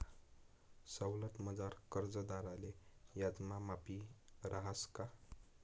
सवलतमझार कर्जदारले याजमा माफी रहास का?